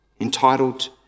entitled